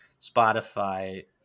Spotify